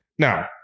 Now